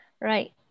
Right